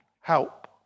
help